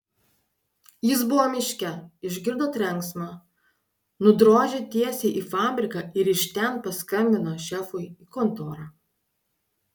jis buvo miške išgirdo trenksmą nudrožė tiesiai į fabriką ir iš ten paskambino šerifui į kontorą